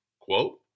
Quote